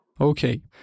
Okay